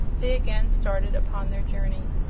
they again started upon their journey.